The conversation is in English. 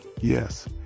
Yes